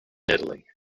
italy